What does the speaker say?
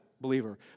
believer